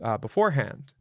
beforehand